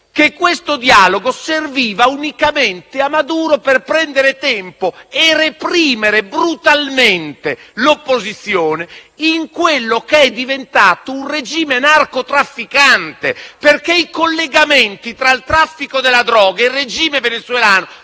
che il dialogo serviva unicamente a Maduro per prendere tempo e reprimere brutalmente l'opposizione in quello che è diventato un regime narcotrafficante, perché i collegamenti tra il traffico della droga e il regime venezuelano